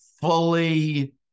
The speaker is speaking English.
fully